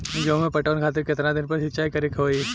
गेहूं में पटवन खातिर केतना दिन पर सिंचाई करें के होई?